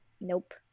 Nope